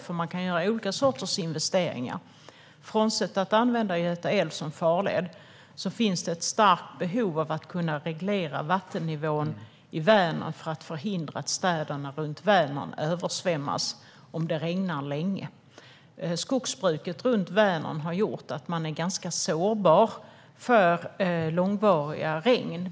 Man kan nämligen göra olika sorters investeringar. Frånsett att använda Göta älv som farled finns det ett starkt behov av att kunna reglera vattennivån i Vänern för att kunna förhindra att städerna runt Vänern översvämmas om det regnar länge. Skogsbruket runt Vänern har lett till att man är ganska sårbar för långvariga regn.